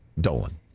Dolan